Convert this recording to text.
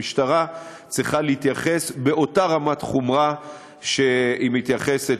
המשטרה צריכה להתייחס באותה רמת חומרה שהיא מתייחסת